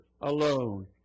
alone